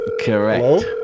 Correct